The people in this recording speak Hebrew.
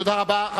תודה רבה.